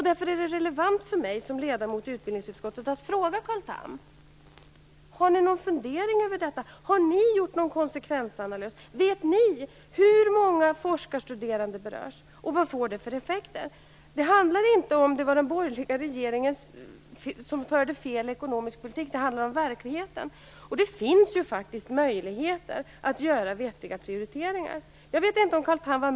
Därför är det relevant för mig som ledamot i utbildningsutskottet att fråga Carl Tham: Har ni i regeringen någon fundering om detta? Har ni gjort någon konsekvensanalys? Vet ni hur många forskarstuderande som berörs? Vad får detta för effekter? Det handlar inte om ifall den borgerliga regeringen förde fel ekonomisk politik; det handlar om verkligheten. Det finns ju faktiskt möjligheter att göra vettiga prioriteringar.